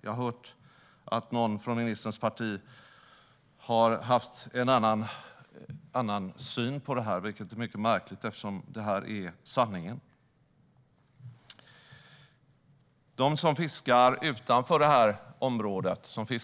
Jag har hört att någon från ministerns parti har haft en annan syn på det, vilket är mycket märkligt, eftersom detta är sanningen. Fisket med bottentrål utanför detta område har pågått